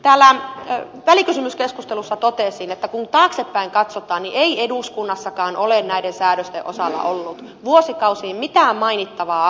täällä välikysymyskeskustelussa totesin että kun taaksepäin katsotaan niin ei eduskunnassakaan ole näiden säädösten osalta ollut vuosikausiin mitään mainittavaa aktiivisuutta